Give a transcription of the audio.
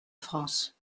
france